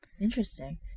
Interesting